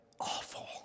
awful